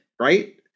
right